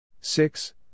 Six